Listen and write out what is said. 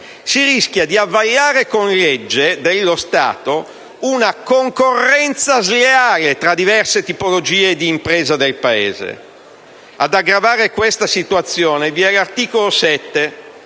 Si rischia di avallare con legge dello Stato una concorrenza sleale tra diverse tipologie di impresa del Paese. Ad aggravare questa situazione vi è l'articolo 7,